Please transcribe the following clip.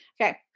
okay